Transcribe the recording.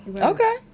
Okay